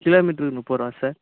kilo மீட்ருக்கு முப்பது ரூபா சார்